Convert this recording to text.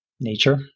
Nature